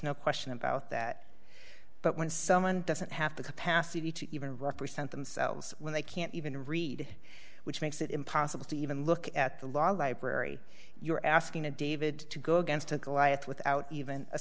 no question about that but when someone doesn't have the capacity to even represent themselves when they can't even read which makes it impossible to even look at the law library you're asking a david to go against uncle liath without even